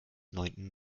neunten